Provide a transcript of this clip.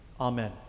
Amen